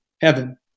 heaven